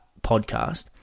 podcast